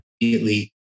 immediately